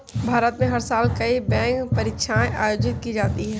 भारत में हर साल कई बैंक परीक्षाएं आयोजित की जाती हैं